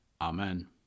Amen